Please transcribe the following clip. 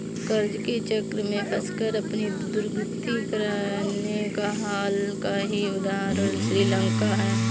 कर्ज के चक्र में फंसकर अपनी दुर्गति कराने का हाल का ही उदाहरण श्रीलंका है